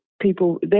people